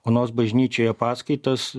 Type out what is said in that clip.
onos bažnyčioje paskaitas